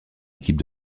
équipe